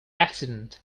accident